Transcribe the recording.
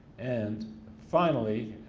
and finally,